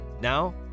Now